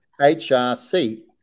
HRC